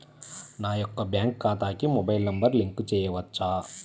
నా యొక్క బ్యాంక్ ఖాతాకి మొబైల్ నంబర్ లింక్ చేయవచ్చా?